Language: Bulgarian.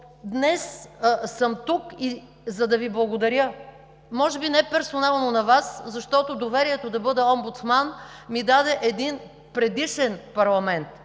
днес съм тук, за да Ви благодаря. Може би не персонално на Вас, защото доверието да бъда омбудсман ми даде един предишен парламент,